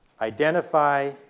Identify